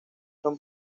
son